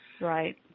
right